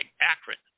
accurate